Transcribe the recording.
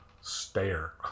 stare